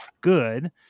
good